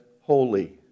holy